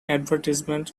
advertisement